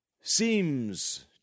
seems